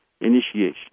initiation